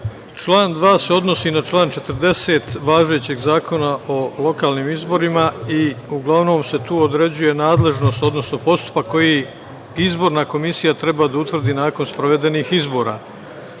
Član 2. se odnosi na član 40. važećeg Zakona o lokalnim izborima i uglavnom se tu određuje nadležnost, odnosno postupak koji izborna komisija treba da utvrdi nakon sprovedenih izbora.